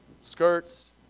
skirts